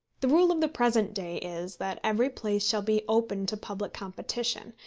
the rule of the present day is, that every place shall be open to public competition,